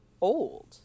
old